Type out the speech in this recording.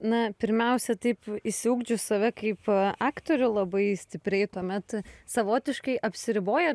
na pirmiausia taip išsiugdžius save kaip aktorių labai stipriai tuomet savotiškai apsiriboji